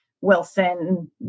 Wilson